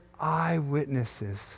eyewitnesses